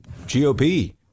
GOP